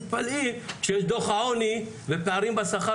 מתפלאים שכשיש את דוח העוני ופערים בשכר